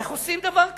איך עושים דבר כזה?